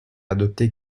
adopté